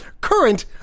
current